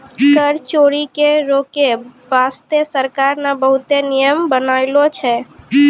कर चोरी के रोके बासते सरकार ने बहुते नियम बनालो छै